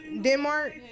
Denmark